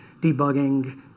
debugging